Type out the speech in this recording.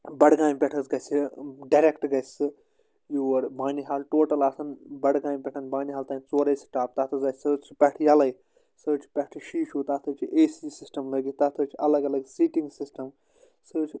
بَڈگامہِ پٮ۪ٹھ حظ گژھہِ ڈایَریٚکٹہٕ گَژھہِ سُہ یور بانہال ٹوٹَل آسَن بَڈگامہِ پٮ۪ٹھ بانِہال تانۍ ژورٔے سِٹاپ تَتھ حظ آسہِ سُہ حظ چھِ پٮ۪ٹھہٕ یَلٔے سُہ حظ چھِ پٮ۪ٹھہٕ شیٖشوٗ تَتھ حظ چھِ اے سی سِسٹَم لٲگِتھ تَتھ حظ چھِ الگ الگ سیٖٹِنٛگ سِسٹَم سُہ حظ چھِ